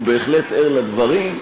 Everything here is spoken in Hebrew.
הוא בהחלט ער לדברים.